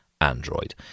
Android